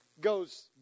goes